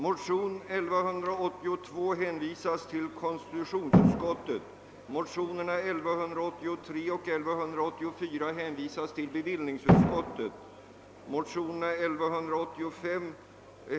gärder inom den ekonomiska politikens och näringspolitikens områden.